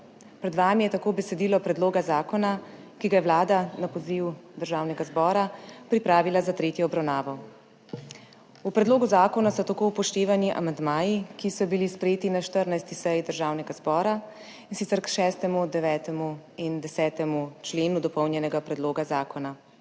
Pred vami je tako besedilo predloga zakona, ki ga je Vlada na poziv Državnega zbora pripravila za tretjo obravnavo. V predlogu zakona so tako upoštevani amandmaji, ki so bili sprejeti na 14. seji Državnega zbora, in sicer k 6., 9. in 10. členu dopolnjenega predloga zakona.